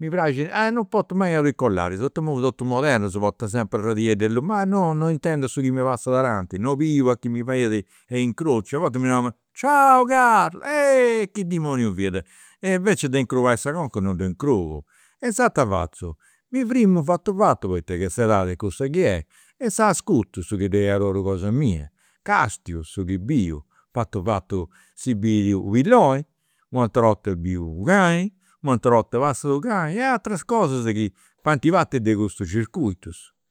mi praxit, non portu mai audicolaris poita totus modernus, portas sempri radieddu allutu, ma no non intendu su chi mi passat ananti, no biu chi mi fadiat a incrociu. A bortas mi narant ciao Carlo, eh chi dimoniu fiat. E invecias de incrubai sa conca non dda. E inzaras ita fatzu, mi firmu fatu vatu, poita ca s'edadi est cussa chi est, e inzaras ascurtu su chi ddoi est or'oru cosa mia, castiu su biu, fatu vatu si biri u' pilloni, u' atera 'orta biu u' cani, u' atera 'orta passat u' cani e ateras cosas chi faint partis de custus circuitus